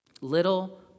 Little